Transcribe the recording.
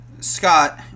Scott